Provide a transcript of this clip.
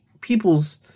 people's